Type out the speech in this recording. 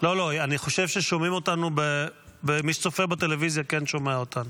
אני חושב שמי שצופה בטלוויזיה כן שומע אותנו.